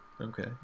Okay